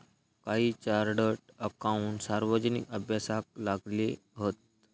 काही chartered accountant सार्वजनिक अभ्यासाक लागले हत